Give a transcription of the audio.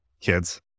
Kids